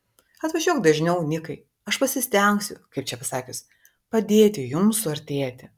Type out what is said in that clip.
atvažiuok dažniau nikai aš pasistengsiu kaip čia pasakius padėti jums suartėti